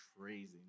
crazy